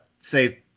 say